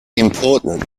important